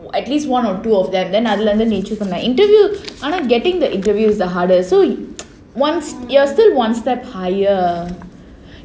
at least one or two of them then அதுல இருந்து நீ:adhula irunthu nee interview ஆனா:aanaa getting the interview is the hardest so once you're still one step higher